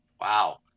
Wow